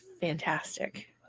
fantastic